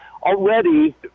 already